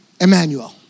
Emmanuel